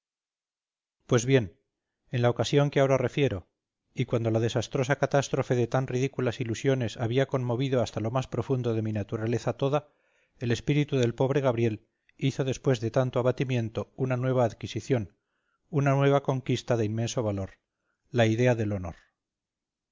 pues bien en la ocasión que ahora refiero y cuando la desastrosa catástrofe de tan ridículas ilusiones había conmovido hasta lo más profundo mi naturaleza toda el espíritu del pobre gabriel hizo después de tanto abatimiento una nueva adquisición una nueva conquista de inmenso valor la idea del honor